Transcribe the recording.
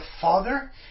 father